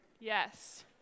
Yes